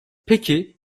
peki